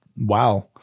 wow